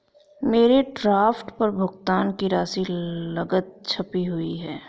मेरे ड्राफ्ट पर भुगतान की राशि गलत छपी हुई है